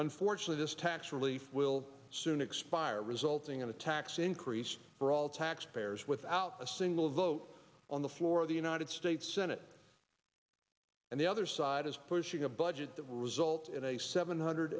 unfortunately this tax relief will soon expire resulting in a tax increase for all taxpayers without a single vote on the floor of the united states senate and the other side is pushing a budget that will result in a seven hundred